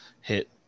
hit